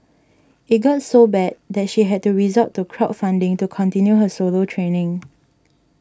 it got so bad that she had to resort to crowd funding to continue her solo training